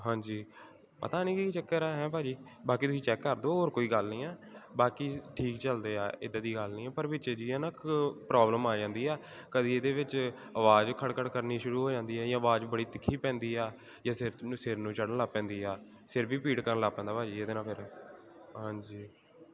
ਹਾਂਜੀ ਪਤਾ ਨਹੀਂ ਕੀ ਚੱਕਰ ਹੈ ਹੈ ਭਾਅ ਜੀ ਬਾਕੀ ਤੁਸੀਂ ਚੈੱਕ ਕਰ ਦਿਓ ਹੋਰ ਕੋਈ ਗੱਲ ਨਹੀਂ ਹੈ ਬਾਕੀ ਠੀਕ ਚੱਲਦੇ ਆ ਇੱਦਾਂ ਦੀ ਗੱਲ ਨਹੀਂ ਪਰ ਵਿੱਚ ਜੀਅ ਨਾ ਇੱਕ ਪ੍ਰੋਬਲਮ ਆ ਜਾਂਦੀ ਆ ਕਦੀ ਇਹਦੇ ਵਿੱਚ ਆਵਾਜ਼ ਖੜ ਖੜ ਕਰਨੀ ਸ਼ੁਰੂ ਹੋ ਜਾਂਦੀ ਹੈ ਜਾਂ ਆਵਾਜ਼ ਬੜੀ ਤਿੱਖੀ ਪੈਂਦੀ ਆ ਜੇ ਸਿਰ ਨੂੰ ਸਿਰ ਨੂੰ ਚੜਨ ਲੱਗ ਪੈਂਦੀ ਆ ਸਿਰ ਵੀ ਪੀੜ ਕਰਨ ਲੱਗ ਪੈਂਦਾ ਭਾਅ ਜੀ ਇਹਦੇ ਨਾਲ ਫਿਰ ਹਾਂਜੀ